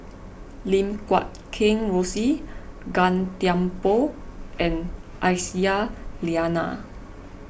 Lim Guat Kheng Rosie Gan Thiam Poh and Aisyah Lyana